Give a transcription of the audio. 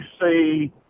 see